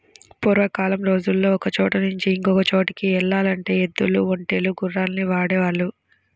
పూర్వకాలం రోజుల్లో ఒకచోట నుంచి ఇంకో చోటుకి యెల్లాలంటే ఎద్దులు, ఒంటెలు, గుర్రాల్ని వాడేవాళ్ళు